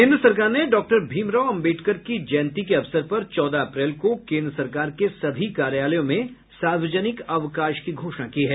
केन्द्र सरकार ने डॉक्टर भीमराव अम्बेडकर की जयंती के अवसर पर चौदह अप्रैल को केन्द्र सरकार के सभी कार्यालयों में सार्वजनिक अवकाश की घोषणा की है